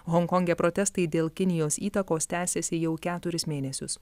honkonge protestai dėl kinijos įtakos tęsiasi jau keturis mėnesius